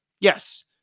yes